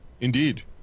Indeed